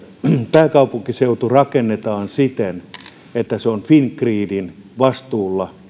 pääkaupunkiseutu rakennetaan siten että siirtoverkon uusiminen on fingridin vastuulla